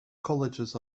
colleges